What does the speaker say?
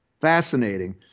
fascinating